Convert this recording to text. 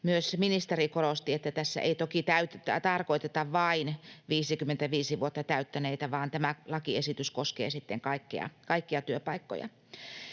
myös ministeri korosti, että tässä ei toki tarkoiteta vain 55 vuotta täyttäneitä vaan tämä lakiesitys koskee sitten kaikkia työpaikkoja.